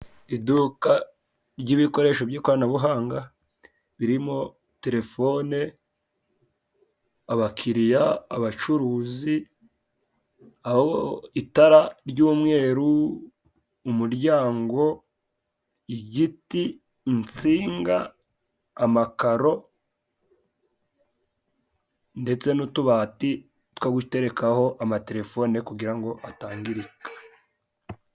Iduka ry'ibikoresho by'ikoranabuhanga birimo: telefone abakiriya, abacuruzi, aho itara ry'umweru, umuryango, igiti, insinga, amakaro ndetse n'utubati two guterekaho amatelefone, kugira ngo atangirika.